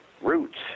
roots